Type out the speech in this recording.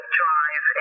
drive